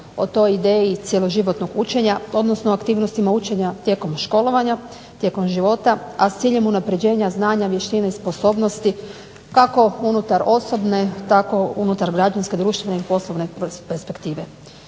o toj ideji cjeloživotnog učenja odnosno aktivnostima učenja tijekom školovanja, tijekom života, a s ciljem unapređivanja znanja, vještine, sposobnosti kako unutar osobne, tako unutar građanske, društvene perspektive.